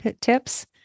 tips